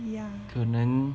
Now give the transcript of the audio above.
ya